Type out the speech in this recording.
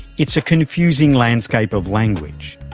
it's a confusing landscape of language.